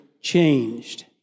changed